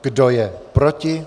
Kdo je proti?